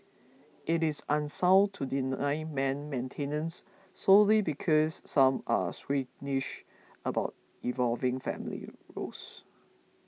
it is unsound to deny men maintenance solely because some are squeamish about evolving family roles